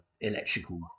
electrical